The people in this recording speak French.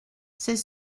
c’est